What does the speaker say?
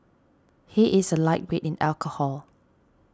he is a lightweight in alcohol